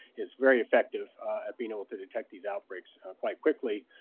it's very effective at being able to detect these outbreaks quite quickly,